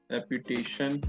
Reputation